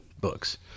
books